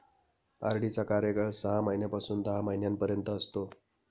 RD चा कार्यकाळ सहा महिन्यापासून दहा महिन्यांपर्यंत असतो